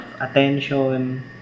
attention